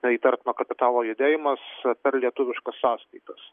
na įtartino kapitalo judėjimas per lietuviškas sąskaitas